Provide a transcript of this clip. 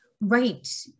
Right